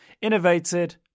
Innovated